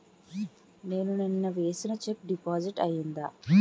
నేను నిన్న వేసిన చెక్ డిపాజిట్ అయిందా?